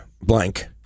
blank